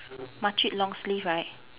makcik long sleeve right